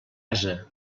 ase